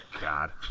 God